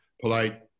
polite